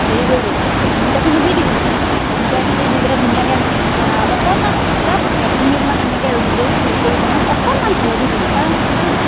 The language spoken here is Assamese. হেৰি কৰিবি তাৰপিছত অমিতাখিনি দি দিবি তাতে অমিতাখিনি দি পিনে ধুনীয়াকে এনেকে অকণমান জাষ্ট এক মিনিটমান এনেকে আৰু গোটেই হেৰি কৰি পিনে অকণমান হালধি দিবি কাৰণ